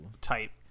type